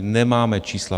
Nemáme čísla.